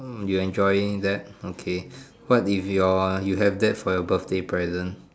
hmm you enjoying that okay what if your you have that for your birthday present